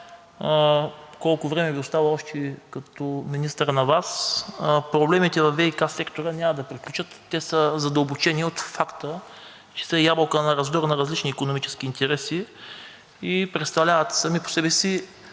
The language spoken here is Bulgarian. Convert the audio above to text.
колко време Ви остава още като министър на Вас, проблемите във ВиК сектора няма да приключат. Те са задълбочени от факта, че са ябълка на раздора на различни икономически интереси и представляват сами по себе си